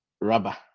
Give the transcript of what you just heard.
rubber